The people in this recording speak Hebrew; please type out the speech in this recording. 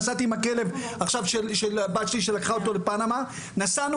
נסעתי עכשיו עם הכלב של הבת שלי שלקחה אותו לפנמה - נסענו